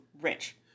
rich